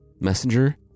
Messenger